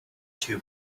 too